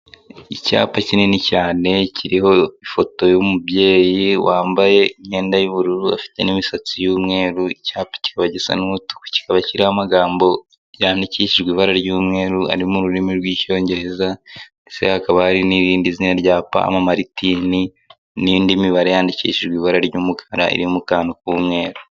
Icyapa kinini cyane kiriho ifoto y'umubyeyi wambaye imyenda y'ubururu afite n'imisatsi yumweru, icyapa kikaba gisa n'umutuku, kiriho amagambo yandikishijwe ibara ry'umweru, ari mu rurimi rw'icyongereza ndetse hakaba hari n'irindi zina rya Pamu Martin n'indi mibare yandikishijwe ibara ry'umukara iri mu kantu k'umweru.